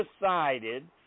decided